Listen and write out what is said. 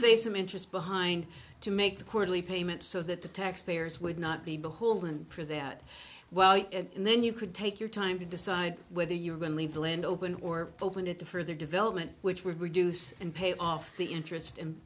say some interest behind to make the quarterly payment so that the taxpayers would not be beholden for their well and then you could take your time to decide whether you're going leave the land open or open it to further development which would reduce and pay off the interest